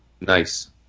Nice